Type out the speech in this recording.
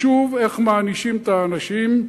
חשוב איך מענישים את האנשים.